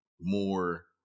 more